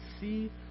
see